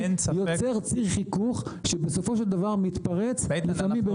יוצר ציר חיכוך שבסופו של דבר מתפרץ ותמיד במקומות לא רלוונטיים.